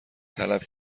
طلب